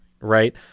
right